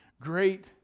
Great